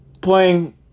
playing